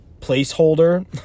placeholder